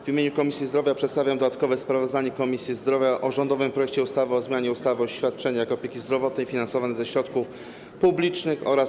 W imieniu Komisji Zdrowia przedstawiam dodatkowe sprawozdanie Komisji Zdrowia o rządowym projekcie ustawy o zmianie ustawy o świadczeniach opieki zdrowotnej finansowanych ze środków publicznych oraz